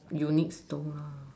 unique store lah